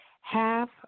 half